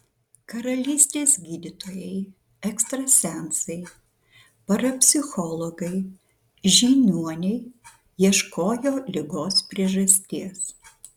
karalystės gydytojai ekstrasensai parapsichologai žiniuoniai ieškojo ligos priežasties